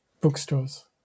bookstores